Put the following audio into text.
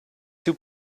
two